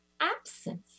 absence